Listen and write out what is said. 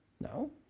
No